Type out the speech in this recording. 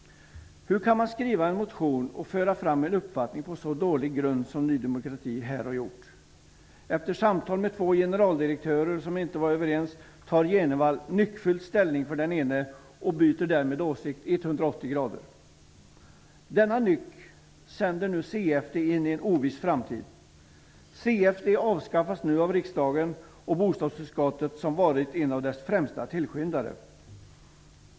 Hur kan man skriva en motion och föra fram en uppfattning på så dålig grund som Ny demokrati här har gjort? Efter samtal med två generaldirektörer som inte var överens tar Jenevall nyckfullt ställning för den ene. Han vänder 180 grader och byter därmed åsikt. Denna nyck sänder nu CFD in i en oviss framtid. CFD avskaffas av riksdagen och bostadsutskottet, som varit en av dess främsta tillskyndare.